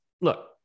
look